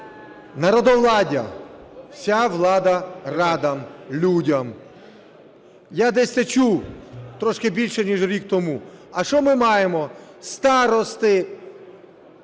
Народовладдя: вся влада радам, людям. Я десь це чув трошки більше, ніж рік тому. А що ми маємо? Старости